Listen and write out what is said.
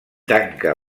tanca